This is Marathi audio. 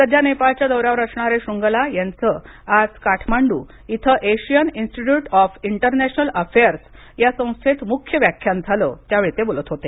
सध्या नेपाळच्या दौऱ्यावर असणारे श्रुन्गला याचं आज काठमांडू इथं Asian Institute of International Affairs या संस्थेत मुख्य व्याख्यान झालं त्यावेळी ते बोलत होते